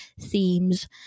themes